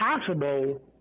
impossible